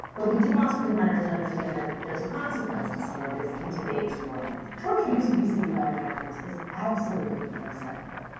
but we do want screenwriters to understand that there's a consequence to some of this in today's world. torture used to be seen by americans as absolutely unacceptable.